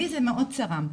לי זה מאוד צרם.